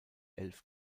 elf